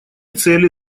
цели